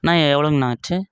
அண்ணா எவ்வளோங்ணா ஆச்சு